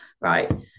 right